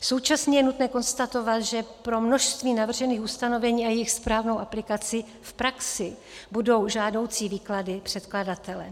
Současně je nutné konstatovat, že pro množství navržených ustanovení a jejich správnou aplikaci v praxi budou žádoucí výklady předkladatele.